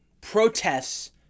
protests